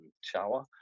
shower